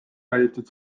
valitud